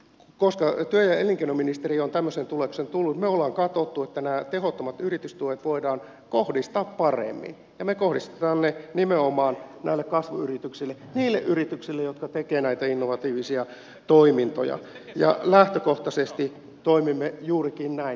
koska työ ja elinkeinoministeriö on tämmöiseen tulokseen tullut me olemme katsoneet että nämä tehottomat yritystuet voidaan kohdistaa paremmin ja me kohdistamme ne nimenomaan kasvuyrityksille niille yrityksille jotka tekevät näitä innovatiivisia toimintoja ja lähtökohtaisesti toimimme juurikin näin